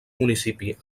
municipi